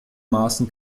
maßen